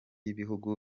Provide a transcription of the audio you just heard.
ibihugu